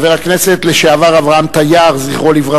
חבר הכנסת לשעבר אברהם טיאר ז"ל,